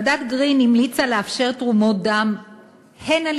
ועדת גרין המליצה לאפשר תרומות דם הן של